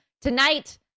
Tonight